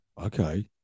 okay